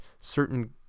certain